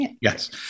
Yes